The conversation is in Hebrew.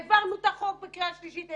העברנו את החוק בקריאה שלישית,